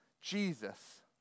Jesus